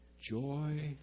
Joy